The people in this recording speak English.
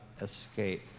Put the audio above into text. escape